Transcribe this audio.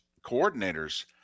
coordinators